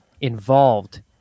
involved